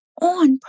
on